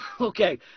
Okay